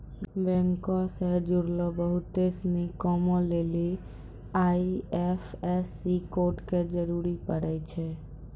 बैंको से जुड़लो बहुते सिनी कामो लेली आई.एफ.एस.सी कोड के जरूरी पड़ै छै